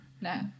No